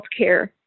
healthcare